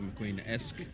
mcqueen-esque